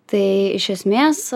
tai iš esmės